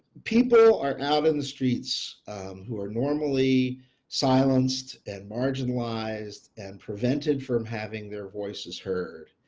people are out in the streets who are normally silenced and marginalized and prevented from having their voices heard.